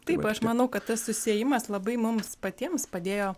taip aš manau kad tas susiėjimas labai mums patiems padėjo